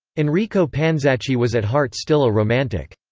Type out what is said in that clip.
enrico panzacchi was at heart still a romantic.